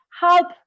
help